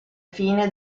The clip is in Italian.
fine